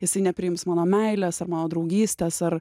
jisai nepriims mano meilės ar mano draugystės ar